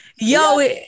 Yo